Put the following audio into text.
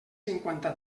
cinquanta